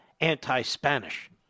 anti-Spanish